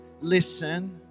listen